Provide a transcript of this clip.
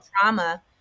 trauma